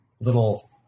little